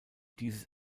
dieses